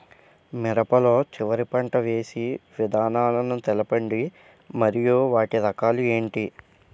మిరప లో చివర పంట వేసి విధానాలను తెలపండి మరియు వాటి రకాలు ఏంటి